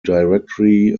directory